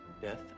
Death